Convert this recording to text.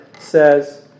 says